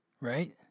right